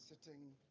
sitting